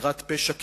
בזירת פשע כראיה.